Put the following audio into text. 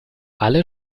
alle